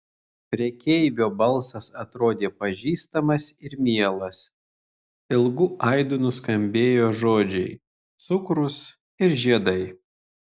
prekeivio balsas atrodė pažįstamas ir mielas ilgu aidu nuskambėjo žodžiai cukrus ir žiedai